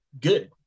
good